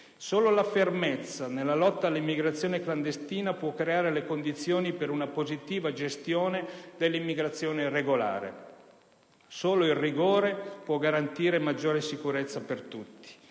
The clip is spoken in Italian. Solo la fermezza nella lotta all'immigrazione clandestina può creare le condizioni per una positiva gestione dell'immigrazione regolare. Solo il rigore può garantire maggiore sicurezza per tutti.